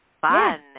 fun